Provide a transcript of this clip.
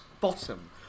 bottom